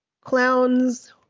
Clowns